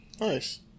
Nice